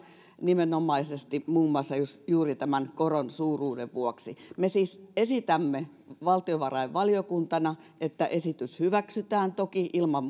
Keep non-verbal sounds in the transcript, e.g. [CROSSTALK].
nimenomaisesti muun muassa juuri tämän koron suuruuden vuoksi me siis esitämme valtiovarainvaliokuntana että esitys hyväksytään toki ilman [UNINTELLIGIBLE]